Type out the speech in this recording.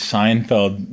Seinfeld